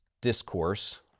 discourse